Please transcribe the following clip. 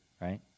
right